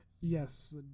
Yes